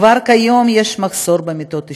כבר כיום יש מחסור במיטות אשפוז,